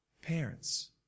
Parents